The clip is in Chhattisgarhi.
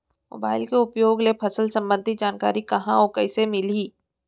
मोबाइल के उपयोग ले फसल सम्बन्धी जानकारी कहाँ अऊ कइसे मिलही?